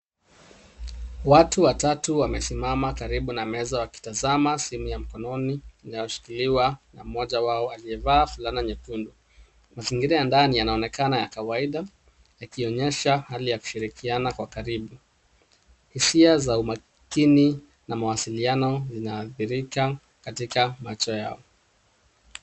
Watu watatu wamesimama karibu na meza wakitazama simu ya mkononi inayoshikiliwa na mmoja wao aliyevaa fulana nyekundu . Mazingira ya ndani yanaonekana ya kawaida yakionyesha hali ya kushirikiana kwa karibu. Hisia za umakini na mawasiliano zinadhihirika katika macho yao.